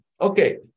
Okay